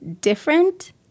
different